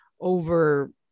over